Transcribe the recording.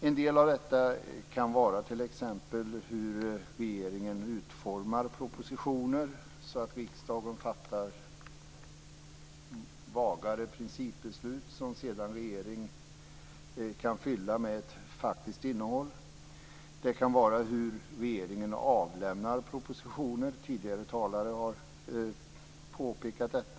En del av detta kan vara t.ex. hur regeringen utformar propositioner så att riksdagen fattar vagare principbeslut som sedan regeringen kan fylla med ett faktiskt innehåll. Det kan vara hur regeringen avlämnar propositioner. Tidigare talare har påpekat detta.